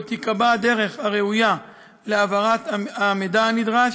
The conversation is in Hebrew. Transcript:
שבו תיקבע הדרך הראויה להעברת המידע הנדרש,